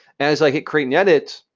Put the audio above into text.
as i hit create and edit,